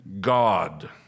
God